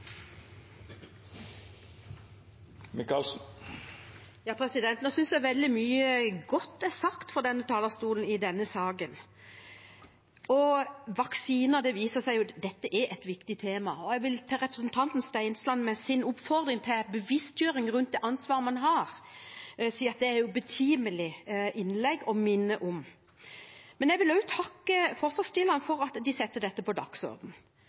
synes jeg veldig mye godt er sagt fra denne talerstolen i denne saken. Vaksiner, det viser seg at dette er et viktig tema. Jeg vil til representanten Stensland – med sin oppfordring til bevisstgjøring rundt det ansvaret man har – si at dette er det betimelig å minne om. Jeg vil også takke forslagsstillerne for at de setter dette på